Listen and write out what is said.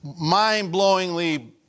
mind-blowingly